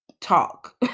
talk